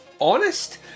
honest